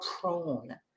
prone